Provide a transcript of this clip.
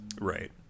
right